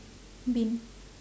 bin